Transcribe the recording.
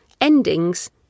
endings